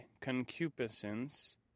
concupiscence